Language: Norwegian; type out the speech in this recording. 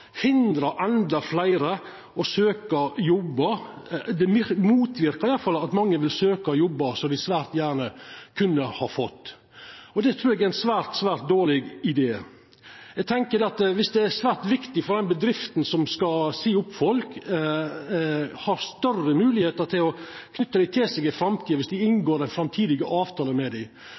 mange vil søkja jobbar som dei svært gjerne kunne ha fått. Det trur eg er ein svært, svært dårleg idé. Eg tenkjer at det er svært viktig at den bedrifta som skal seia opp folk, har større moglegheiter til å knyta dei til seg i framtida viss dei inngår ein framtidig avtale med dei.